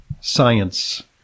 science